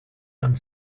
and